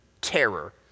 terror